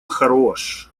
хорош